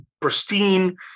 pristine